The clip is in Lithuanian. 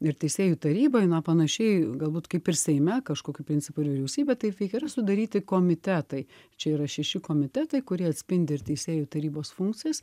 ir teisėjų taryba panašiai galbūt kaip ir seime kažkokiu principu vyriausybė taip veikia yra sudaryti komitetai čia yra šeši komitetai kurie atspindi ir teisėjų tarybos funkcijas